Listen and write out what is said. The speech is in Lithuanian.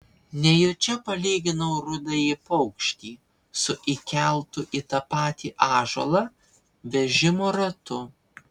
nejučia palyginau rudąjį paukštį su įkeltu į tą patį ąžuolą vežimo ratu